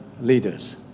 leaders